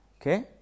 Okay